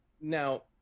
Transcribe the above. Now